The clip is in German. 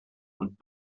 und